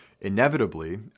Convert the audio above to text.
inevitably